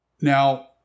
Now